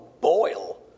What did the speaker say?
boil